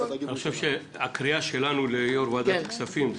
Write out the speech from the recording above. אני חושב שהקריאה שלנו ליו"ר ועדת כספים,